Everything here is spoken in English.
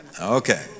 Okay